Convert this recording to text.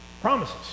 Promises